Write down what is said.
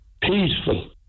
peaceful